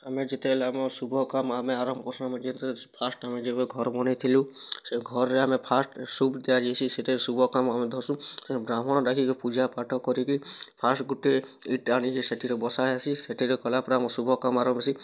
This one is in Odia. ଆମେ ଯେତେବେଲେ ଆମର୍ ଶୁଭ କାମ୍ ଆମେ ଆରମ୍ଭ୍ କର୍ସୁଁ ଆମେ ଯେତେ ଫାର୍ଷ୍ଟ୍ ଆମେ ଯେବେ ଘର୍ ବନେଇଥିଲୁ ସେ ଘର୍ ରେ ଆମେ ଫାର୍ଷ୍ଟ୍ ଶୁଭ୍ ଦିଆଯିସି ସେଟା ଶୁଭ୍ କାମ୍ ଆମେ ଧର୍ସୁଁ ସେ ବ୍ରାହ୍ମଣ ଡାକିକି ପୂଜା ପାଠ୍ କରିକି ଫାର୍ଷ୍ଟ୍ ଗୁଟେ ଇଟା ଆଣିକି ସେଥିରେ ବସା ହେସି ସେଥିରେ କଲା ପରେ ଆମର୍ ଶୁଭ କାମ୍ ଆରମ୍ଭ୍ ହେସି